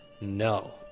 no